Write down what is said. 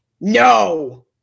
No